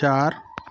चार